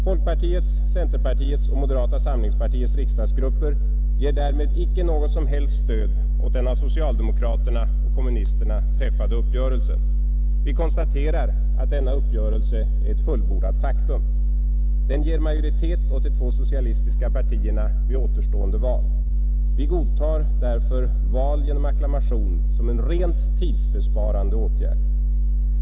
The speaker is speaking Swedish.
Folkpartiets, centerpartiets och moderata samlingspartiets riksdagsgrupper ger därmed icke något som helst stöd åt den av socialdemokraterna och kommunisterna träffade uppgörelsen. Vi konstaterar att denna uppgörelse är ett fullbordat faktum. Den ger majoritet åt de två socialistiska partierna vid återstående val. Vi godtar därför val genom acklamation som en rent tidsbesparande åtgärd.